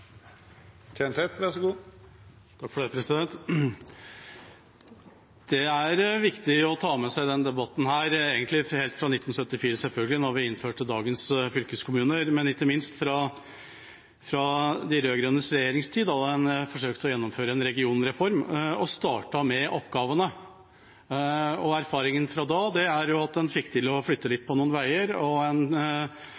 å ta med seg erfaringene egentlig helt fra 1974, da vi innførte dagens fylkeskommuner, men ikke minst fra de rød-grønnes regjeringstid, da de forsøkte å gjennomføre en regionreform og startet med oppgavene. Erfaringen fra da er at en fikk flyttet litt på noen veier, og en overførte forvaltningen av kongekrabbe til fylkene. Det er ikke sånn at en lyktes så voldsomt med å